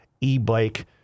e-bike